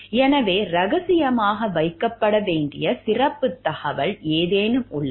எனவே ரகசியமாக வைக்கப்பட வேண்டிய சிறப்புத் தகவல் ஏதேனும் உள்ளதா